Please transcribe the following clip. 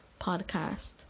podcast